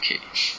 okay